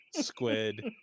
squid